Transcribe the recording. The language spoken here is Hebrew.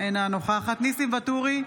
אינה נוכחת ניסים ואטורי,